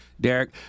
Derek